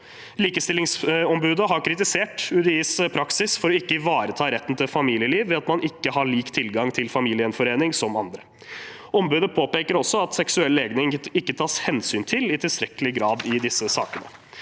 Likestillingsombudet har kritisert UDIs praksis for ikke å ivareta retten til familieliv ved at man ikke har lik tilgang til familiegjenforening som andre. Ombudet påpeker også at seksuell legning ikke tas hensyn til i tilstrekkelig grad i disse sakene.